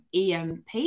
EMP